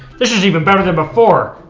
this is even better than before.